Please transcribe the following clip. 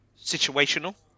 situational